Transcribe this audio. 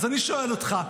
אז אני שואל אותך,